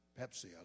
Pepsi